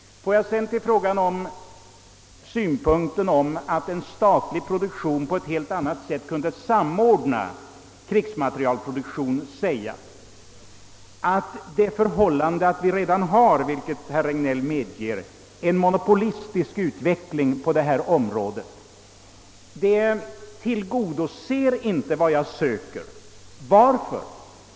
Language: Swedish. Beträffande det faktum att en statlig produktion på ett helt annnat sätt skulle kunna samordna krigsmateriel produktionen skulle jag vilja framhålla, att det förhållandet att vi redan har, vilket herr Regnéll medger, en monopolistisk utveckling på detta område inte tillgodoser vad jag söker. Varför?